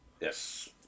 Yes